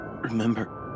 Remember